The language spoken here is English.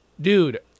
Dude